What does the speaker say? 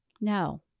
No